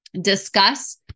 discuss